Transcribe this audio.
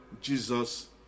Jesus